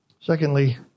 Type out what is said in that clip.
Secondly